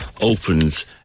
opens